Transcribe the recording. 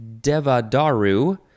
Devadaru